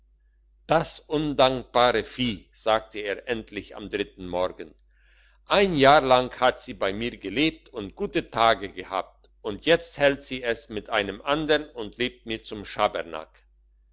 das undankbare vieh sagte er endlich am dritten morgen ein jahr lang hat sie bei mir gelebt und gute tage gehabt und jetzt hält sie es mit einem andern und lebt mir zum schabernack